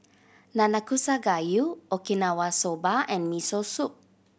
Nanakusa Gayu Okinawa Soba and Miso Soup